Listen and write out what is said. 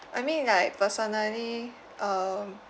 I mean like personally um